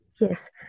Yes